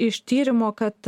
iš tyrimo kad